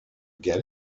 get